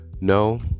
No